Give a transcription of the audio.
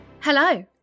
Hello